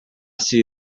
see